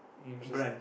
mm just